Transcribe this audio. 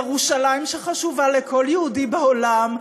ירושלים שחשובה לכל יהודי בעולם.